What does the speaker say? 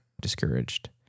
discouraged